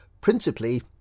principally